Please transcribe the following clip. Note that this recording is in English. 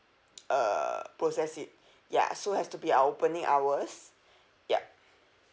uh process it ya so has to be our opening hours yup